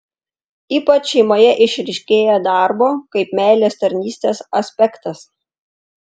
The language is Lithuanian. ypač šeimoje išryškėja darbo kaip meilės tarnystės aspektas